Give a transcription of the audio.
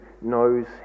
knows